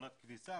מכונת כביסה,